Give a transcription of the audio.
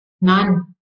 None